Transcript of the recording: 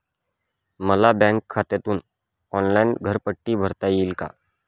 मला बँक खात्यातून ऑनलाइन घरपट्टी भरता येईल का?